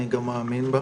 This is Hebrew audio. אני גם מאמין בה.